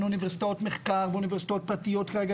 אוניברסיטאות מחקר ואוניברסיטאות פרטיות כרגע.